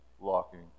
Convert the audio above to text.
locking